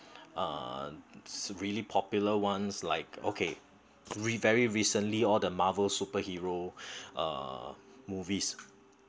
uh really popular ones like okay re very recently all the marvel superheros uh movies